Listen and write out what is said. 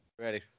Ready